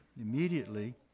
immediately